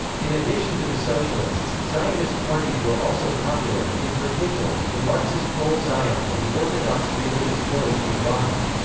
in addition to the socialists, zionist parties were also popular, in particular, the marxist poale zion and the orthodox religious polish mizrahi.